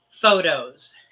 photos